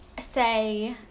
say